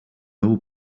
all